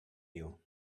you